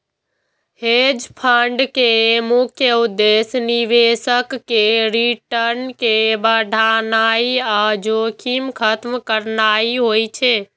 hedge fund के मुख्य उद्देश्य निवेशक केर रिटर्न कें बढ़ेनाइ आ जोखिम खत्म करनाइ होइ छै